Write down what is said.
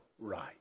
Right